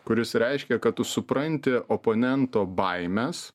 kuris reiškia kad tu supranti oponento baimes